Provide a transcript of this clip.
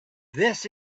this